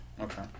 Okay